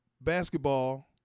basketball